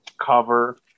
cover